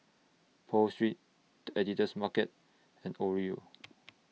Pho Street The Editor's Market and Oreo